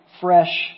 fresh